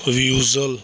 visual